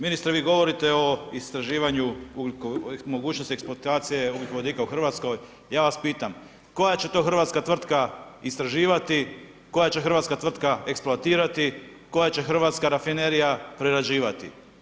Ministre, vi govorite o istraživanju mogućnosti eksploatacije ugljikovodika u RH, ja vas pitam, koja će to hrvatska tvrtka istraživati, koja će hrvatska tvrtka eksploatirati, koja će hrvatska rafinerija prerađivati?